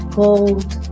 gold